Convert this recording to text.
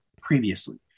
previously